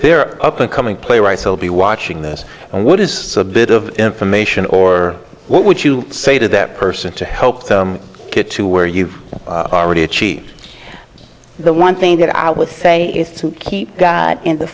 they're up and coming playwrights will be watching this what is a bit of information or what would you say to that person to help them get to where you've already achieved the one thing that i would say is to keep in the